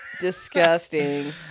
Disgusting